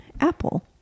apple